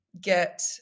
get